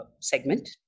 segment